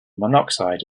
monoxide